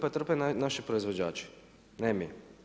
Pa trpe naši proizvođači, ne mi.